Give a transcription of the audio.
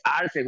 Arce